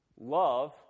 love